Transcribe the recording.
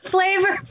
Flavor